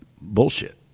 bullshit